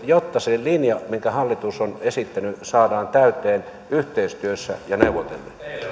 jotta se linja minkä hallitus on esittänyt saadaan täyteen yhteistyössä ja neuvotellen